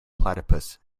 platypus